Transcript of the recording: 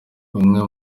bamwe